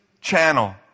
channel